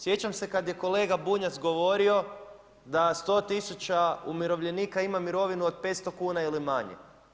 Sjećam se kada je kolega Bunjac govorio da 100 tisuća umirovljenika ima mirovinu od 500 kuna ili manje.